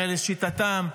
הרי לשיטתם,